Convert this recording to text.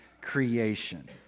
creation